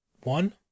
one